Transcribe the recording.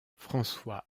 françois